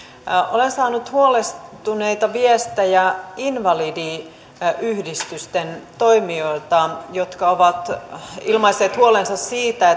olen saanut huolestuneita viestejä invalidiyhdistysten toimijoilta jotka ovat ilmaisseet huolensa siitä